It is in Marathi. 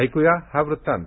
ऐकूया हा वृत्तांत